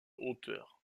hauteur